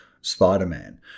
Spider-Man